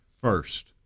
First